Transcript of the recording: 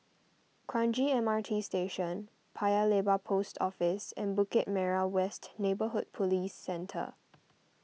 Kranji M R T Station Paya Lebar Post Office and Bukit Merah West Neighbourhood Police Centre